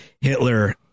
Hitler